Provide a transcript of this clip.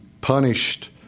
punished